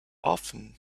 often